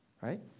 right